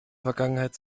vergangenheit